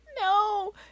no